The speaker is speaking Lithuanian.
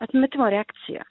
atmetimo reakcija